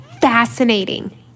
fascinating